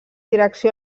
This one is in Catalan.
direcció